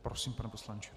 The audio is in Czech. Prosím, pane poslanče.